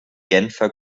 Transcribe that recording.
genfer